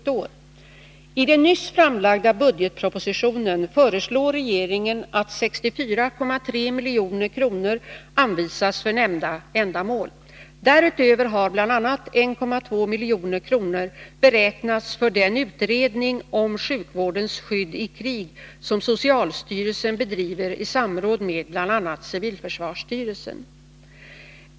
I den nyss framlagda budgetpropositionen föreslår regeringen att 64,3 milj.kr. anvisas för nämnda ändamål. Därutöver har bl.a. 1,2 milj.kr. beräknats för den utredning om sjukvårdens skydd i krig som socialstyrelsen bedriver i samråd med bl.a. civilförsvarsstyrelsen.